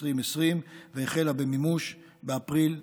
2020 והחלה במימוש באפריל השנה,